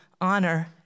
honor